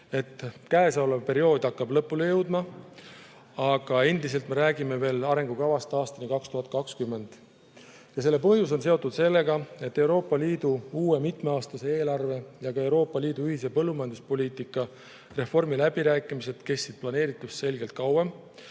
käesolev periood hakkab lõpule jõudma, aga me räägime endiselt arengukavast aastani 2020. Ja selle põhjus on seotud sellega, et Euroopa Liidu uue mitmeaastase eelarve ja ka Euroopa Liidu ühise põllumajanduspoliitika reformi läbirääkimised kestsid planeeritust märksa kauem